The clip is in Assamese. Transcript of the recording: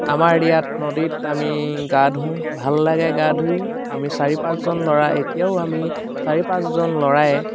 আমাৰ ইয়াত নদীত আমি গা ধুওঁ ভাল লাগে গা ধুই আমি চাৰি পাঁচজন ল'ৰা এতিয়াও আমি চাৰি পাঁচজন ল'ৰাই